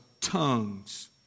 tongues